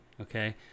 okay